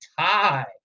tie